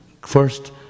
first